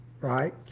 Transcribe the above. Right